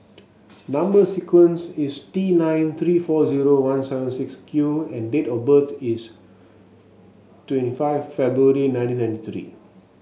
number sequence is T nine three four zero one seven six Q and date of birth is twenty five February nineteen ninety three